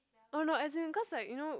oh no as in cause like you know